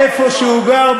איפה שהוא גר,